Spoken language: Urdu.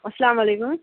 السلام علیکم